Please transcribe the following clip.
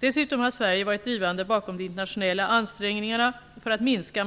Dessutom har Sverige varit drivande bakom de internationella ansträngningarna för att minska